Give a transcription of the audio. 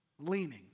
leaning